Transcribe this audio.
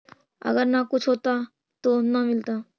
अगर न कुछ होता तो न मिलता?